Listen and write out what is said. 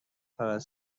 فقط